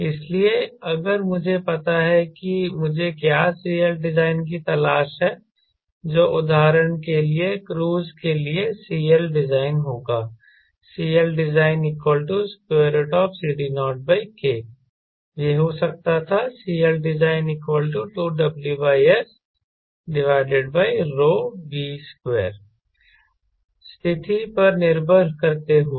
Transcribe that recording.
इसलिए अगर मुझे पता है कि मुझे क्या CLdesign की तलाश है जो उदाहरण के लिए क्रूज के लिए CLdesign होगा CLdesignCD0K यह हो सकता था CLdesign2WSV2 स्थिति पर निर्भर करते हुए